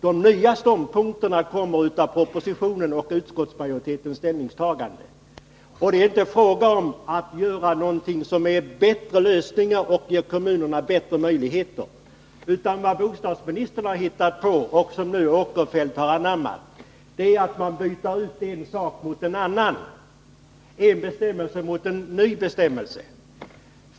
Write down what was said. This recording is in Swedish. De nya ståndpunkterna representeras av propositionen och utskottsmajoritetens ställningstagande. Och det är inte fråga om att få till stånd bättre lösningar och ge kommunerna bättre möjligheter, utan vad bostadsministern har hittat på och Sven Eric Åkerfeldt nu anammat är att byta ut en bestämmelse mot en ny bestämmelse.